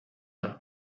the